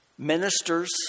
ministers